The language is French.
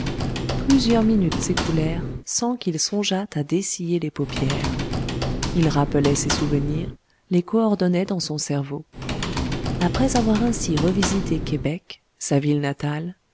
plusieurs minutes s'écoulèrent sans qu'il songeât à dessiller les paupières il rappelait ses souvenirs les coordonnait dans son cerveau après avoir ainsi revisité québec sa ville natale